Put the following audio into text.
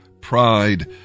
pride